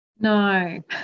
No